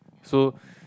so